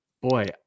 boy